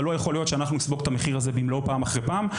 אבל לא יכול להיות שאנחנו נספוג את המחיר הזה במלואו פעם אחרי פעם.